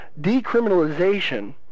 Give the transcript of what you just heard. decriminalization